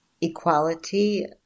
equality